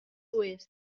oest